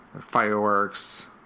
fireworks